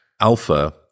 alpha